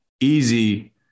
easy